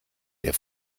der